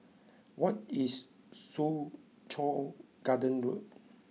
what is Soo Chow Garden Road